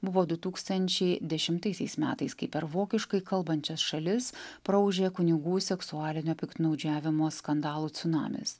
buvo du tūkstančiai dešimtaisiais metais kai per vokiškai kalbančias šalis praūžė kunigų seksualinio piktnaudžiavimo skandalų cunamis